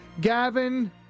gavin